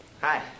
Hi